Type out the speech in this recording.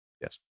Yes